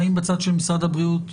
האם בצד של משרד הבריאות?